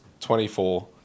24